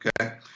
Okay